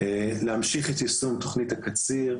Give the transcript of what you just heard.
נמשיך את יישום תוכנית הקציר,